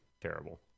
terrible